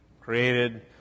created